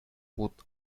будут